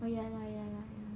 oh ya lah ya lah